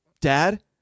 Dad